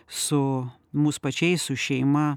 su mūs pačiais su šeima